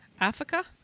Africa